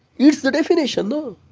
it is the definition, no?